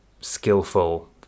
skillful